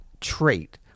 trait